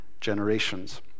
generations